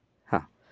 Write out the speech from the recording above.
ആ